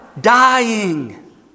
dying